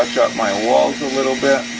my walls a little bit,